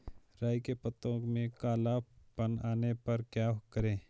राई के पत्तों में काला पन आने पर क्या करें?